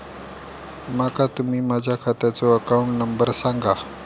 माका तुम्ही माझ्या खात्याचो अकाउंट नंबर सांगा?